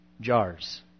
jars